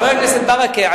חבר הכנסת ברכה,